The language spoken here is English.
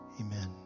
Amen